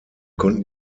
konnten